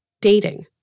Dating